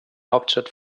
hauptstadt